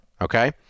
okay